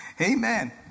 amen